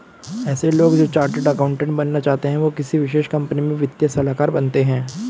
ऐसे लोग जो चार्टर्ड अकाउन्टन्ट बनना चाहते है वो किसी विशेष कंपनी में वित्तीय सलाहकार बनते हैं